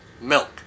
milk